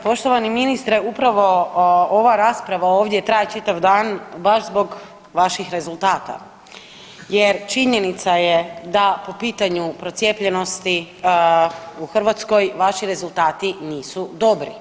Poštovani ministre, upravo ova rasprava ovdje traje čitav dan baš zbog vaših rezultata jer činjenica je da po pitanju procijepljenosti u Hrvatskoj vaši rezultati nisu dobri.